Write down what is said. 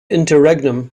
interregnum